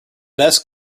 best